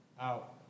out